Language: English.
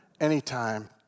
anytime